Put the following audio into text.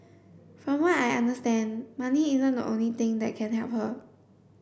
from what I understand money isn't the only thing that can help her